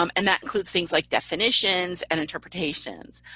um and that includes things like definitions and interpretations.